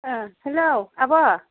hello आब'